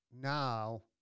now